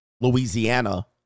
louisiana